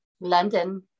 London